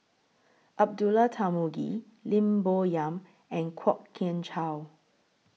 Abdullah Tarmugi Lim Bo Yam and Kwok Kian Chow